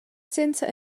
senza